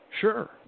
Sure